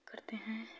करते हैं